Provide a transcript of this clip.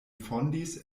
fondis